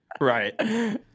Right